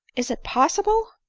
is it possible?